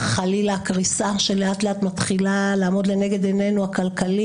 חלילה הקריסה הכלכלית שלאט לאט מתחילה לעמוד לנגד עניינו,